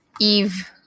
Eve